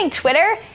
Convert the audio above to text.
Twitter